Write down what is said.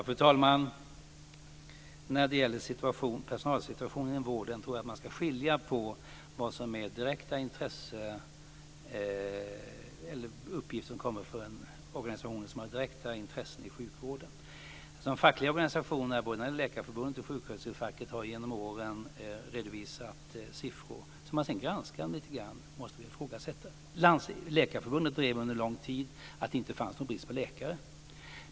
Fru talman! När det gäller personalsituationen inom vården tror jag att man ska skilja på vad som är uppgifter som kommer från organisationer som har direkta intressen i sjukvården och andra. De fackliga organisationerna, både Läkarförbundet och sjuksköterskefacket, har genom åren redovisat siffror som, när man sedan granskar dem lite grann, måste ifrågasättas. Läkarförbundet drev under en lång tid att det inte fanns någon brist på läkare.